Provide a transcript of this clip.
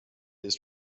his